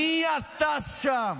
מי אתה שם?